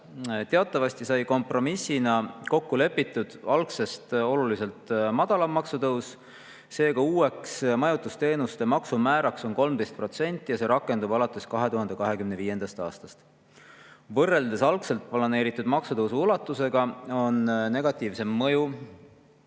Teatavasti sai kompromissina kokku lepitud algsest oluliselt [väiksem] maksutõus, seega uueks majutusteenuste maksumääraks on 13%. See rakendub alates 2025. aastast. Võrreldes algselt planeeritud maksutõusu ulatusega on negatiivne mõju